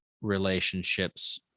relationships